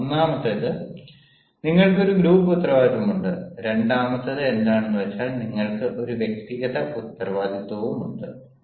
ഒന്നാമത്തേത് നിങ്ങൾക്ക് ഒരു ഗ്രൂപ്പ് ഉത്തരവാദിത്തമുണ്ട് രണ്ടാമത്തേത് എന്താണെന്നുവെച്ചാൽ നിങ്ങൾക്ക് ഒരു വ്യക്തിഗത ഉത്തരവാദിത്തവുമുണ്ട്